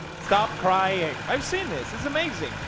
stop crying! i've seen this. it's amazing.